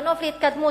מנוף להתקדמות,